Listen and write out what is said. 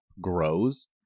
grows